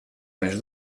més